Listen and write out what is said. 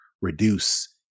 reduce